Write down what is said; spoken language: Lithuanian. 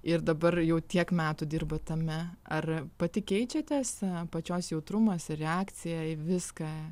ir dabar jau tiek metų dirbat tame ar pati keičiatės pačios jautrumas reakcija į viską